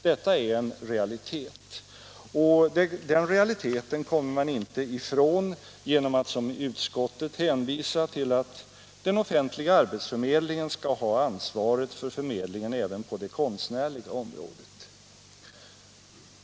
Detta är en realitet, och den realiteten kommer man inte ifrån genom att som utskottet gör hänvisa till att den offentliga arbetsförmedlingen skall ha ansvaret för förmedlingen även på det konstnärliga området.